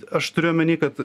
aš turiu omeny kad